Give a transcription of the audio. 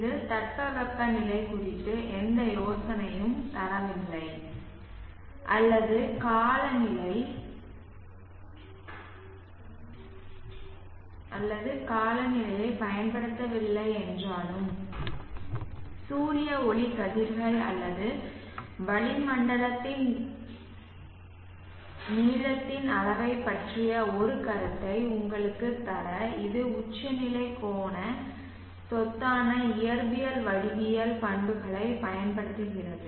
இது தட்பவெப்ப நிலை குறித்து எந்த யோசனையும் தரவில்லை அல்லது காலநிலை நிலையைப் பயன்படுத்தவில்லை என்றாலும் சூரிய ஒளி கதிர்கள் அல்லது வளிமண்டல நீளத்தின் அளவைப் பற்றிய ஒரு கருத்தை உங்களுக்குத் தர இது உச்சநிலை கோணச் சொத்தான இயற்பியல் வடிவியல் பண்புகளைப் பயன்படுத்துகிறது